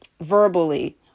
verbally